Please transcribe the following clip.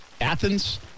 Athens